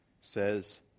says